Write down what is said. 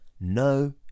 no